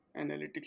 analytics